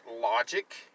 logic